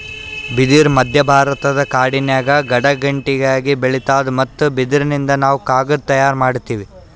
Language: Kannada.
ಬಿದಿರ್ ಮಧ್ಯಭಾರತದ ಕಾಡಿನ್ಯಾಗ ಗಿಡಗಂಟಿಯಾಗಿ ಬೆಳಿತಾದ್ ಮತ್ತ್ ಬಿದಿರಿನಿಂದ್ ನಾವ್ ಕಾಗದ್ ತಯಾರ್ ಮಾಡತೀವಿ